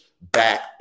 back